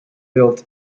built